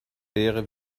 wäre